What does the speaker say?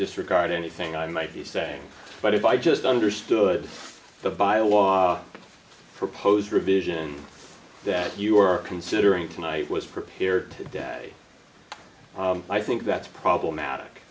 disregard anything i might be saying but if i just understood the byelaw proposed revision that you are considering tonight was prepared today i think that's problematic